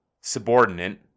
subordinate